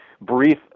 brief